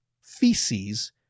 feces